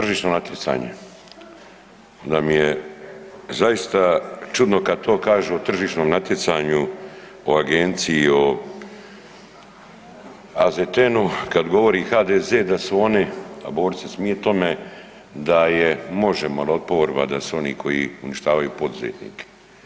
Tržišno natjecanje nam je zaista čudno kad to kažu o tržišnom natjecanju, o agenciji, o AZTN-u kad govori HDZ-a da su oni, a Borić se smije tome, da je Možemo ili oporba da su oni koji uništavaju poduzetnike.